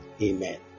Amen